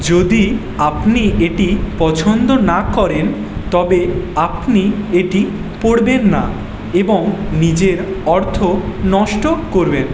যদি আপনি এটি পছন্দ না করেন তবে আপনি এটি পরবেন না এবং নিজের অর্থ নষ্ট করবেন